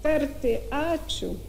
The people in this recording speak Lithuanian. tarti ačiū